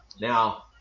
Now